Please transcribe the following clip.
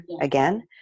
again